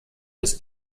des